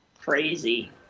crazy